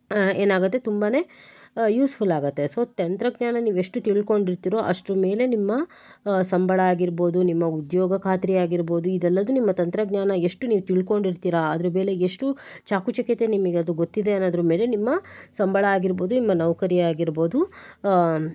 ಏನಾಗುತ್ತೆ ತುಂಬನೇ ಯೂಸ್ಫುಲ್ಲಾಗುತ್ತೆ ಸೋ ತಂತ್ರಜ್ಞಾನ ನೀವು ಎಷ್ಟು ತಿಳ್ಕೊಂಡಿರ್ತೀರೋ ಅಷ್ಟರ ಮೇಲೆ ನಿಮ್ಮ ಸಂಬಳ ಆಗಿರಬಹುದು ನಿಮ್ಮ ಉದ್ಯೋಗ ಖಾತ್ರಿಯಾಗಿರಬಹುದು ಇದೆಲ್ಲದೂ ನಮ್ಮ ತಂತ್ರಜ್ಞಾನ ಎಷ್ಟು ನೀವು ತಿಳ್ಕೊಂಡಿರ್ತೀರಾ ಅದರ ಮೇಲೆ ಎಷ್ಟು ಚಾಕಚಕ್ಯತೆ ನಿಮಗೆ ಅದು ಗೊತ್ತಿದೆ ಅನ್ನೋದರ ಮೇಲೆ ನಿಮ್ಮ ಸಂಬಳ ಆಗಿರಬಹುದು ನಿಮ್ಮ ನೌಕರಿ ಆಗಿರಬಹುದು